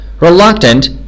Reluctant